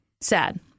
Sad